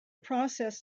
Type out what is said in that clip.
process